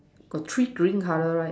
got three green color right